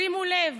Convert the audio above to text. שימו לב,